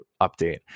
update